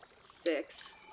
Six